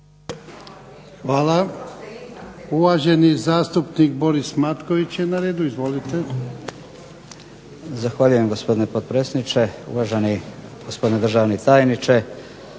Hvala. Uvaženi zastupnik Boris Matković je na redu. Izvolite. **Matković, Borislav (HDZ)** Zahvaljujem, gospodine potpredsjedniče. Uvaženi gospodine državni tajniče,